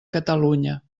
catalunya